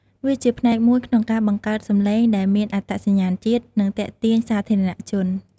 វាជាផ្នែកមួយក្នុងការបង្កើតសម្លេងដែលមានអត្តសញ្ញាណជាតិ និងទាក់ទាញសាធារណជន។